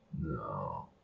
No